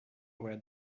were